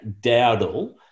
Dowdle